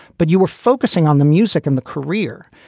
but you were focusing on the music and the career.